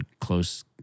close